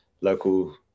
local